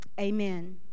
amen